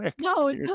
No